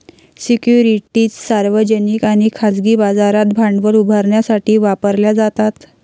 securities सार्वजनिक आणि खाजगी बाजारात भांडवल उभारण्यासाठी वापरल्या जातात